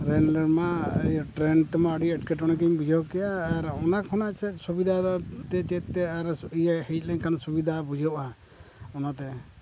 rail ᱨᱮᱢᱟ train ᱛᱮᱢᱟ ᱟᱹᱰᱤ ᱮᱴᱠᱮᱼᱴᱚᱬᱮᱜᱤᱧ ᱵᱩᱡᱷᱟᱹᱣ ᱠᱮᱫᱟ ᱟᱨ ᱚᱱᱟ ᱠᱷᱚᱱᱟᱜ ᱪᱮᱫ ᱥᱩᱵᱤᱫᱷᱟ ᱫᱚ ᱪᱮᱫᱼᱛᱮ ᱟᱨ ᱤᱭᱟᱹ ᱦᱮᱡ ᱞᱮᱱᱠᱷᱟᱱ ᱥᱩᱵᱤᱫᱷᱟ ᱵᱩᱡᱷᱟᱹᱜᱼᱟ ᱚᱱᱟᱛᱮ